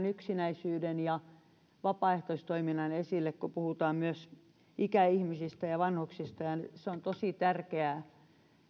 yksinäisyyden ja vapaaehtoistoiminnan esille kun puhutaan myös ikäihmisistä ja vanhuksista se on todella tärkeää